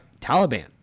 Taliban